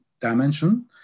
dimension